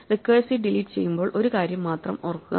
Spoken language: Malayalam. റിക്കേഴ്സീവ് ഡിലീറ്റ് ചെയ്യുമ്പോൾ ഒരു കാര്യം മാത്രം ഓർക്കുക